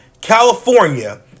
California